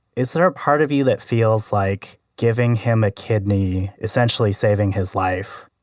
is there a part of you that feels like giving him a kidney, essentially saving his life,